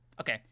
Okay